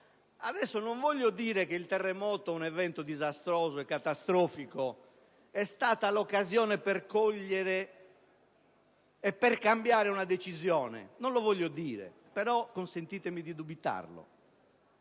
Adesso non voglio dire che il terremoto, un evento disastroso e catastrofico, sia stata l'occasione da cogliere per cambiare una decisione. Non lo voglio dire, però consentitemi di esprimere